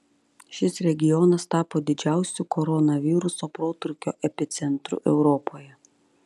šis regionas tapo didžiausiu koronaviruso protrūkio epicentru europoje